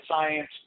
Science